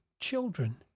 children